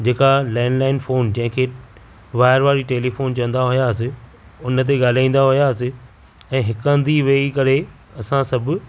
जेका landline phone जंहिं खे वाइर वारी टेलीफोन चवंदा हुआसीं उन ते ॻालाईंदा हुआसीं ऐं हिक हंधु ई वेही करे असां सभु